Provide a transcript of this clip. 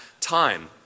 time